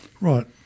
Right